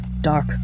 dark